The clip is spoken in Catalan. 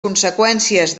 conseqüències